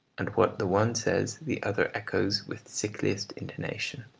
and what the one says the other echoes with sickliest intonation.